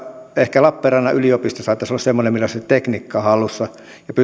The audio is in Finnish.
ehkä lappeenrannan yliopisto saattaisi olla semmoinen millä se tekniikka on hallussa pystyisi tekemään